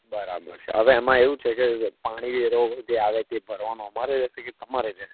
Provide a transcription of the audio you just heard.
બરાબર છે હવે એમાં એવું છે કે પાણી વેરો જે આવે તે ભરવાનો અમારે રહેશે કે તમારે રહેશે